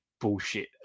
Bullshit